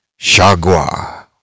shagwa